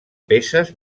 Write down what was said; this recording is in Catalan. peces